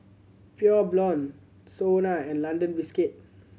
Pure Blonde SONA and London Biscuit